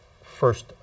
first